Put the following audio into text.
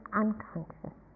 unconscious